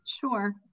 Sure